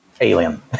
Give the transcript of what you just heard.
alien